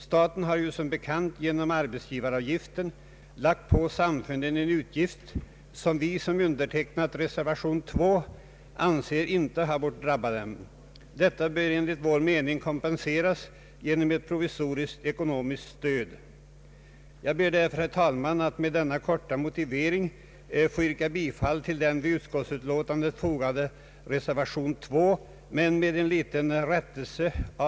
Staten har som bekant genom arbetsgivaravgiften lagt på samfunden en utgift som vi som undertecknat reservationen 2 anser inte bort drabba dem. Detta bör enligt vår mening kompenseras genom ett provisoriskt ekonomiskt stöd. Jag ber, herr talman, att med denna korta motivering få yrka bifall till den vid utskottsutlåtandet fogade :eservationen 2 men med en liten rättelse.